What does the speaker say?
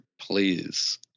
please